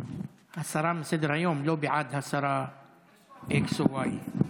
הסרה מסדר-היום, לא בעד השרה x או y.